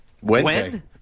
Wednesday